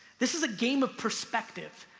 this is a game of perspective.